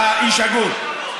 אתה איש הגון.